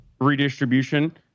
redistribution